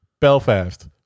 Belfast